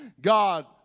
god